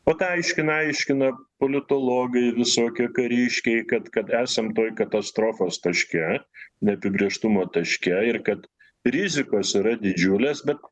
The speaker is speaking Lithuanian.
vat aiškina aiškina politologai visokie kariškiai kad kad esam toj katastrofos taške neapibrėžtumo taške ir kad rizikos yra didžiulės bet